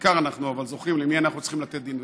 אבל בעיקר אנחנו זוכרים למי אנחנו צריכים לתת דין וחשבון.